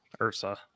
Ursa